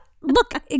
Look